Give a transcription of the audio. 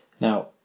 Now